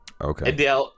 Okay